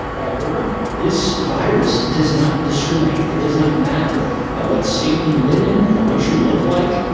added a wrinkle this virus does not discriminate. it does not matter what state you live in, what you look like,